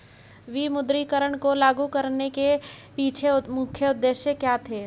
विमुद्रीकरण को लागू करने के पीछे मुख्य उद्देश्य क्या थे?